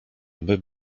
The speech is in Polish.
aby